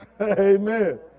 Amen